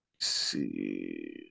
see